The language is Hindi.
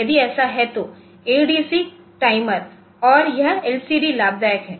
यदि ऐसा है तो एडीसी टाइमर और यह एलसीडी लाभदायक है